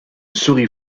souris